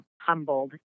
humbled